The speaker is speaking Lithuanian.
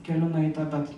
keliu nueita bet